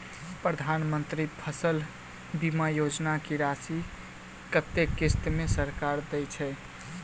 प्रधानमंत्री फसल बीमा योजना की राशि कत्ते किस्त मे सरकार देय छै?